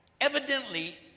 evidently